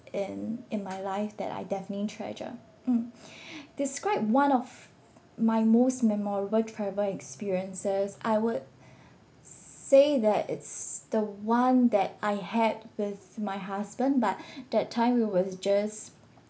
and in my life that I definitely treasure mm describe one of my most memorable travel experiences I would say that it's the one that I had with my husband but that time we was just